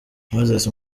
moise